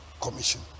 commission